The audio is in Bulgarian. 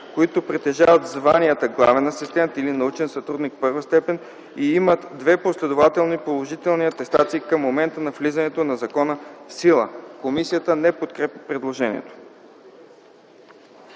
които притежават званията „главен асистент” или „научен сътрудник І степен” и имат две последователни положителни атестации към момента на влизането на закона в сила.” Комисията не подкрепя предложението.